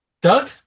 Doug